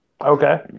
Okay